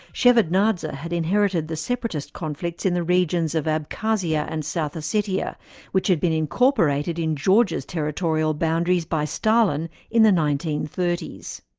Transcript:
shevardnadze had inherited the separatist conflicts in the regions of abkhazia and south ossetia which had been incorporated in georgia's territorial boundaries by stalin in the nineteen thirty s.